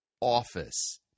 office